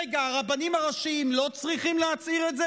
רגע, הרבנים הראשיים לא צריכים להצהיר את זה?